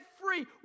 free